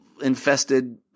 infested